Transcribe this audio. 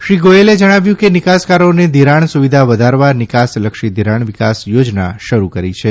શ્રી ગોયલે જણાવ્યું કે નિકાસકારોને ઘિરાણ સુવિધા વધારવા નિકાસલક્ષી ઘિરાણ વિકાસ યોજના શરૂ કરી છે